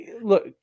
look